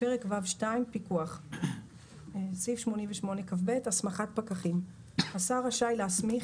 פרק ו'2: פיקוח 88כב.הסמכת פקחים השר רשאי להסמיך,